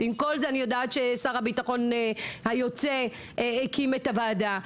אני יודעת ששר הביטחון היוצא הקים את הוועדה,